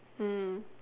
mm